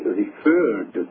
referred